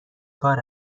کار